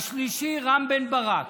השלישי, רם בן ברק.